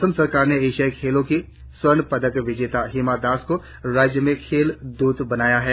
असम सरकार ने एशियाई खेलों की स्वर्ण पदक विजेत हिमा दास को राज्य में खेल दूत बनाया है